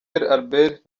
albert